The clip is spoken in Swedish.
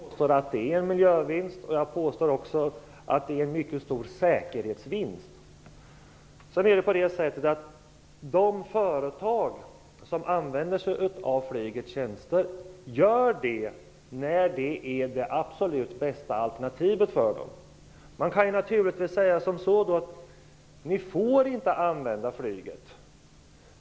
Herr talman! Jag påstår att det är en miljövinst. Jag påstår också att det är en mycket stor säkerhetsvinst. Sedan är det på det sättet att de företag som använder sig av flygets tjänster gör det när det är det absolut bästa alternativet för dem. Låt mig säga som så: Ni får inte använda flyget!